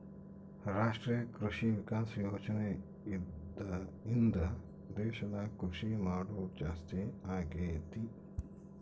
ರಾಷ್ಟ್ರೀಯ ಕೃಷಿ ವಿಕಾಸ ಯೋಜನೆ ಇಂದ ದೇಶದಾಗ ಕೃಷಿ ಮಾಡೋದು ಜಾಸ್ತಿ ಅಗೈತಿ